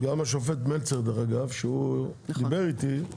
גם השופט מלצר דרך אגב, כשהוא דיבר איתי,